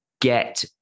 get